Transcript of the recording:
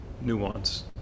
nuance